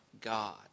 God